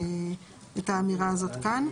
את האמירה הזאת כאן.